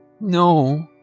No